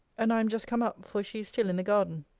and i am just come up for she is still in the garden.